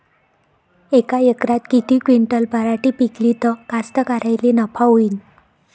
यका एकरात किती क्विंटल पराटी पिकली त कास्तकाराइले नफा होईन?